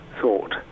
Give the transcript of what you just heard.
thought